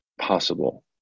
possible